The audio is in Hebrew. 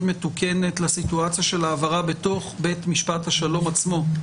מתוקנת לסיטואציה של העברה בתוך בית משפט השלום עצמו,